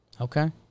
Okay